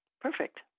perfect